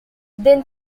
then